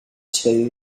two